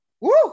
Woo